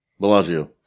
Bellagio